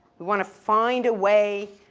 we wanna find a way,